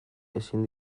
ezin